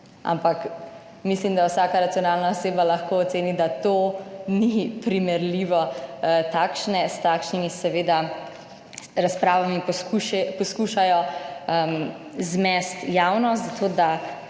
ampak mislim, da vsaka racionalna oseba lahko oceni, da to ni primerljivo. S takšnimi seveda razpravami poskušajo zmesti javnost, zato da